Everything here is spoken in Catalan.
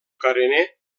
carener